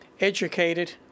educated